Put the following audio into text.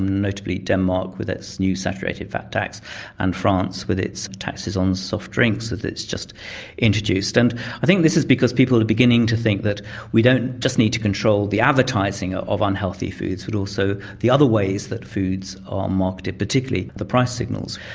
notably denmark with its new saturated fat tax and france with its taxes on soft drinks that it's just introduced. and i think this is because people are beginning to think that we don't just need to control the advertising ah of unhealthy foods but also the other ways that foods are marketed, particularly the price signals.